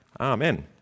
Amen